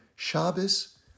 Shabbos